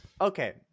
Okay